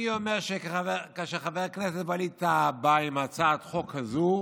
אני אומר שכאשר חבר הכנסת ווליד טאהא בא עם הצעת חוק כזו,